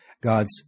God's